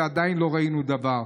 ועדיין לא ראינו דבר.